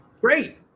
Great